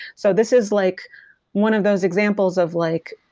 so this is like one of those examples of like,